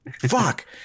fuck